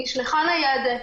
נשלחה ניידת.